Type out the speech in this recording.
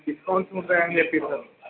discounts ఉంటాయని చెప్పారు